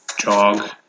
Jog